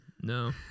No